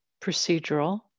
procedural